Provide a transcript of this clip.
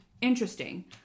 Interesting